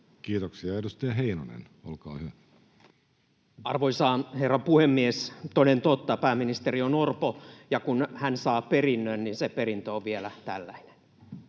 Kiitoksia. — Edustaja Heinonen, olkaa hyvä. Arvoisa herra puhemies! Toden totta, pääministeri on Orpo, ja kun hän saa perinnön, niin se perintö on vielä tällainen.